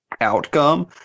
outcome